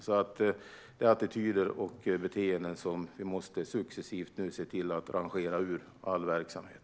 Dessa attityder och beteenden måste vi successivt se till att rangera ut ur all verksamhet.